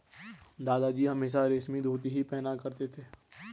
दादाजी हमेशा रेशमी धोती ही पहना करते थे